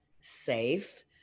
safe